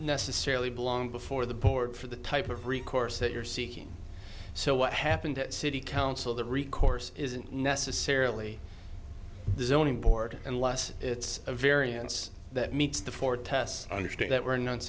necessarily belong before the board for the type of recourse that you're seeking so what happened at city council the recourse isn't necessarily the zoning board unless it's a variance that meets the four tests i understand that were no